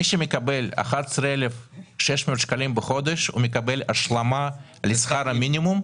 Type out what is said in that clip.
מי שמקבל 11,600 שקלים בחודש מקבל השלמה לשכר המינימום?